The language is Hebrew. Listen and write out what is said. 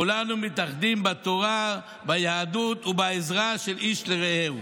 כולנו מתאחדים בתורה, ביהדות ובעזרה של איש לרעהו.